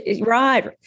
Right